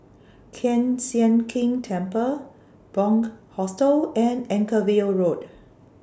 Kiew Sian King Temple Bunc Hostel and Anchorvale Road